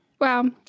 wow